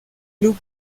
club